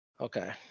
Okay